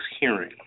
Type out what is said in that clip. hearing